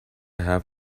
have